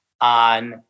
on